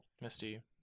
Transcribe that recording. misty